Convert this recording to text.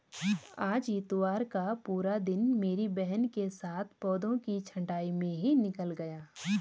आज इतवार का पूरा दिन मेरी बहन के साथ पौधों की छंटाई में ही निकल गया